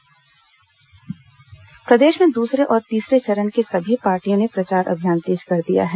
चुनाव प्रचार प्रदेश में दूसरे और तीसरे चरण के लिए सभी पार्टियों ने प्रचार अभियान तेज कर दिया है